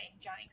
Johnny